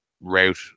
route